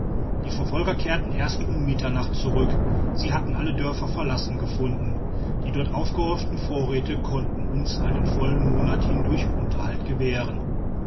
die verfolger kehrten erst um mitternacht zurück sie hatten alle dörfer verlassen gefunden die dort aufgehäuften vorräte konnten uns einen vollen monat hindurch unterhalt gewähren